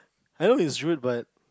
I know it's rude but